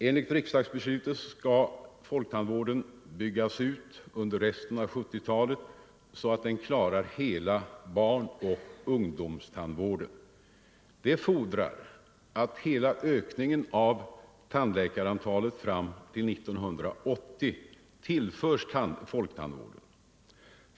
Enligt riksdagsbeslutet skall folktandvården byggas ut under resten av 1970-talet, så att den klarar hela barnoch ungdomstandvården. Det fordrar att hela ökningen av tandläkarantalet fram till 1980 tillförs folktandvården.